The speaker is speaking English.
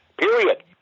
Period